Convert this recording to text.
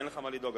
אין לך מה לדאוג.